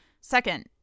Second